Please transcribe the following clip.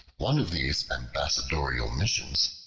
one of these ambassadorial missions,